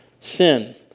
sin